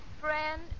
Friend